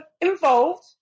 involved